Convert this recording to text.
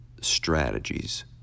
strategies